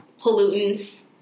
pollutants